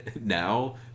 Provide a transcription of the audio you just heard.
now